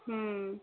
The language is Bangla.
হুম